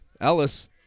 Ellis